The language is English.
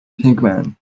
Pinkman